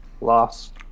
Lost